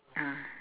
ah